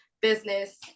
business